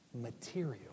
material